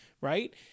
Right